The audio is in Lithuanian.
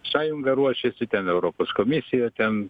sąjunga ruošiasi ten europos komisija ten